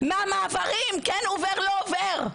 מהמעברים כן עובר, לא עובר.